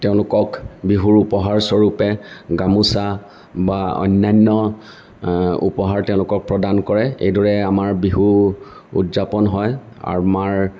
তেওঁলোকক বিহুৰ উপহাৰ স্বৰূপে গামোচা বা অন্যান্য উপহাৰ তেওঁলোকক প্ৰদান কৰে এইদৰে আমাৰ বিহু উদযাপন হয় আৰু আমাৰ